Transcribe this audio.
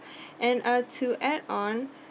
and uh to add on